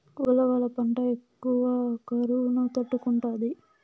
ఉలవల పంట ఎక్కువ కరువును తట్టుకుంటాది